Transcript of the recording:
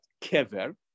kever